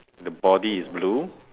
the body is blue